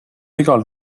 igal